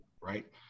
Right